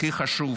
הכי חשוב